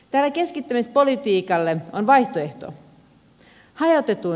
tälle keskittämispolitiikalle on vaihtoehto